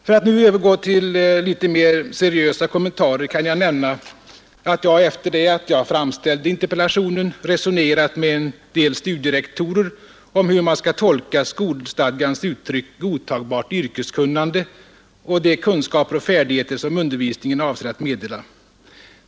För att sedan övergå till litet mera seriösa kommentarer kan jag nämna, att jag efter det att interpellationen framställdes har resonerat med en del studierektorer om hur man skall tolka skolstadgans uttryck ”godtagbart yrkeskunnande” och ”de kunskaper och färdigheter, som undervisningen avser att meddela”.